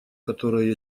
которое